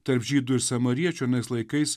tarp žydų ir samariečių anais laikais